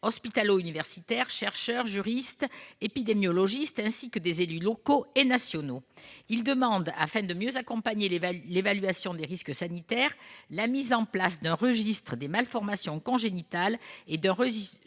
hospitalo-universitaires, de chercheurs, de juristes, d'épidémiologistes ainsi que d'élus locaux et nationaux. Ces derniers demandent, afin de mieux accompagner l'évaluation des risques sanitaires, la mise en place d'un registre des malformations congénitales et d'un registre